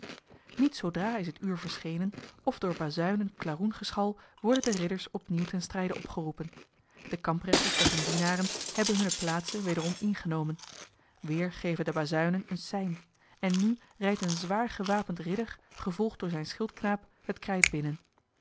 niet zoodra is het uur verschenen of door bazuinen klaroengeschal worden de ridders opnieuw ten strijde opgeroepen de kamprechters met hunne dienaren hebben hunne plaatsen wederom ingenomen weer geven de bazuinen een sein en nu rijdt een zwaar gewapend ridder gevolgd door zijn schildknaap het krijt binnen